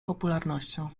popularnością